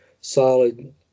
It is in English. solid